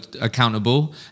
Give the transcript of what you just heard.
accountable